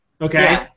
Okay